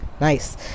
nice